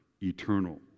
eternal